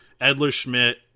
Edler-Schmidt